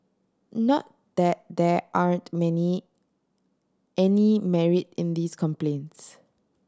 not that there aren't many any merit in these complaints